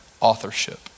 authorship